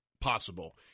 possible